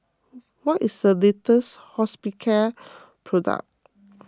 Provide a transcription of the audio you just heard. what is the latest Hospicare product